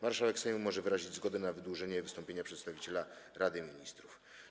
Marszałek Sejmu może wyrazić zgodę na wydłużenie wystąpienia przedstawiciela Rady Ministrów.